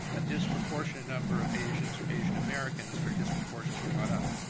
a disproportionate number of asians or asian americans are disproportionately caught up.